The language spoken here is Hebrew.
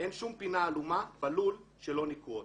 אין שום פינה עלומה בלול שלא ניקו אותה.